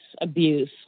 abuse